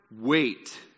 Wait